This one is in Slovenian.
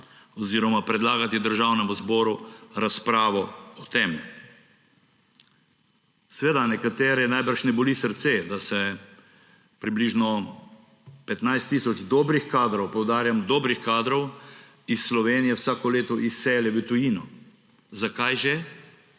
oziroma predlagati Državnemu zboru razpravo o tem. Seveda nekaterih najbrž ne boli srce, da se približno 15 tisoč dobrih kadrov, poudarjam – dobrih kadrov, iz Slovenije vsako leto izseli v tujino. Zakaj že,